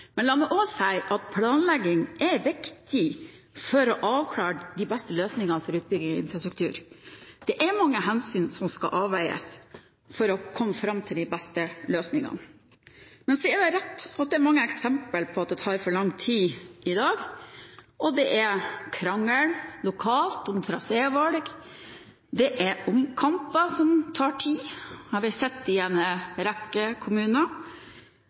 Men la meg også si at planlegging er viktig for å avklare de beste løsningene for utbyggingen av infrastruktur. Det er mange hensyn som skal avveies for å komme fram til de beste løsningene. Men det er rett at det er mange eksempler på at det tar for lang tid i dag. Det er krangel lokalt om trasévalg, det er omkamper som tar tid – har vi sett i en rekke kommuner